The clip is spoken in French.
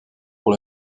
pour